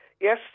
Yes